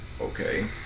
Okay